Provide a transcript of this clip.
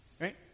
right